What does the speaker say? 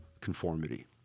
conformity